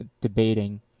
debating